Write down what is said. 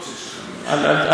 אל תדאג לי,